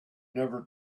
never